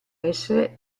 essere